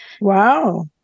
Wow